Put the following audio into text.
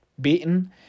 beaten